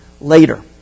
later